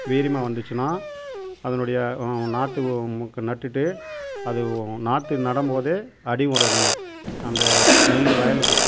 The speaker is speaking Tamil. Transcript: வீரியமாக வந்துச்சுன்னா அதனுடைய நாத்து உ மூக்கை நட்டுவிட்டு அது நாற்று நடும்போது அடிமுற இடணும் அந்த நெல் வயலுக்கு